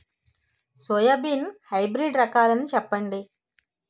Soybean hybrid రకాలను చెప్పండి?